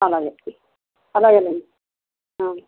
అలాగే అలాగేనండి